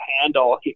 handle